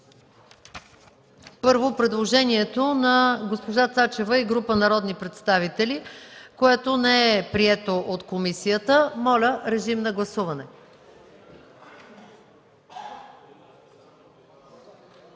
предложението на госпожа Цачева и група народни представители, което не е прието от комисията. Режим на гласуване.